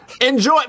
enjoy